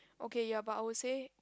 okay you are about I would say